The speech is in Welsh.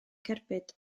cerbyd